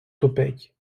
топить